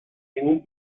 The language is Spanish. ningún